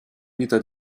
vita